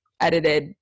edited